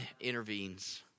intervenes